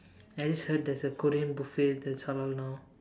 I just heard there's a Korean buffet that's halal now